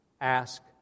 ask